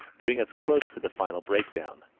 bring us close to the final breakdown.